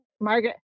Margaret